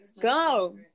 Go